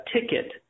ticket